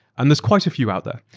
and there's quite a few out there.